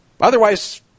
Otherwise